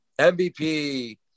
MVP